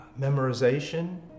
memorization